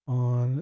on